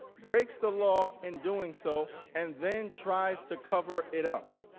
breaks the law in doing so and then tried to cover it up.